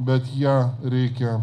bet ją reikia